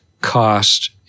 cost